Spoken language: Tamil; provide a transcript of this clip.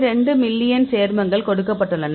2 மில்லியன் சேர்மங்கள் கொடுக்கப்பட்டுள்ளன